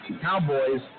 Cowboys